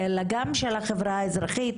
אלא גם של החברה האזרחית,